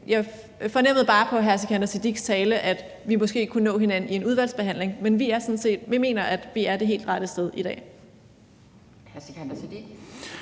Jeg fornemmede bare på hr. Sikandar Siddiques tale, at vi måske kunne nå hinanden i en udvalgsbehandling. Men vi mener, at vi er det helt rette sted i dag. Kl. 12:18